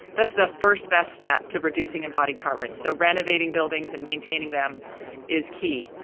that's the first best step to reducing embodied carbon so renovating buildings and maintaining them is key.